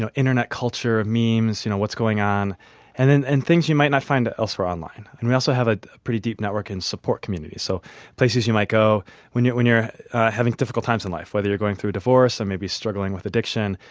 internet culture, ah memes, you know, what's going on and and and things you might not find elsewhere online. and we also have a pretty deep network and support community, so places you might go when you're when you're having difficult times in life whether you're going through a divorce or maybe struggling with addiction.